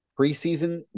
preseason